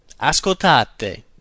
Ascoltate